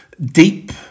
deep